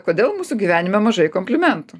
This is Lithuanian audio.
kodėl mūsų gyvenime mažai komplimentų